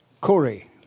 Corey